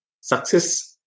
Success